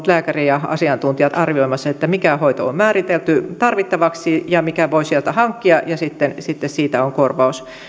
lääkäri ja asiantuntijat arvioimassa mikä hoito on määritelty tarvittavaksi ja minkä voi sieltä hankkia ja sitten sitten siitä on korvaus